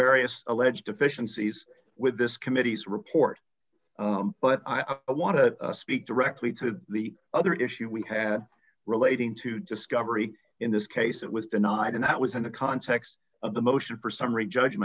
various alleged deficiencies with this committee's report but i want to speak directly to the other issue we had relating to discovery in this case it was denied and that was in the context of the motion for s